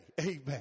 amen